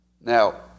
Now